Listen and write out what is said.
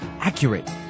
accurate